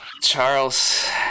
Charles